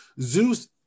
Zeus